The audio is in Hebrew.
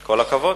כל הכבוד.